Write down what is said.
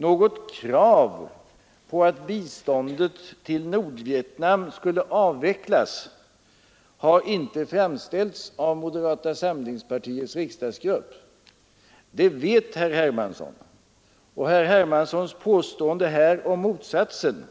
Något krav på att biståndet till Nordvietnam skulle avvecklas har inte framställts av moderata samlingspartiets riksdagsgrupp. Det vet herr Hermansson, och herr Hermanssons påstående här om motsatsen